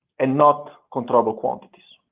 and not controllable quantities.